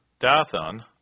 Dathan